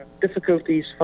difficulties